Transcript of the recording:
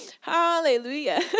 Hallelujah